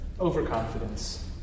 overconfidence